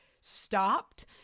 stopped